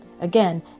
Again